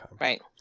Right